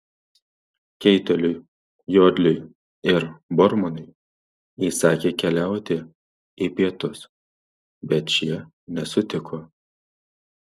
keiteliui jodliui ir bormanui įsakė keliauti į pietus bet šie nesutiko